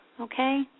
Okay